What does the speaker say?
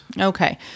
Okay